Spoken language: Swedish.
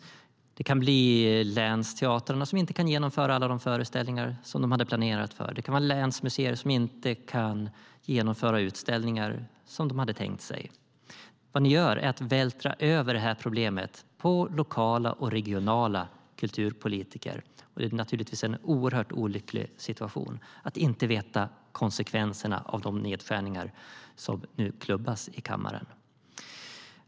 Det kan bli länsteatrarna som inte kan genomföra alla de föreställningar som de hade planerat. Det kan vara länsmuseer som inte kan genomföra utställningar som de hade tänkt sig. Vad ni gör är att vältra över problemet på lokala och regionala kulturpolitiker. Det är naturligtvis en oerhört olycklig situation att inte veta konsekvenserna av de nedskärningar som nu klubbas igenom i kammaren.